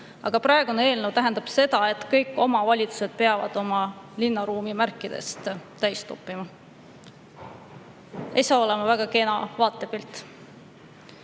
Aga praegune eelnõu tähendab seda, et kõik omavalitsused peavad linnaruumi märke täis toppima. Ei saa olema väga kena vaatepilt. Eelnõuga